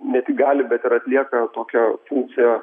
ne tik gali bet ir atlieka tokią funkciją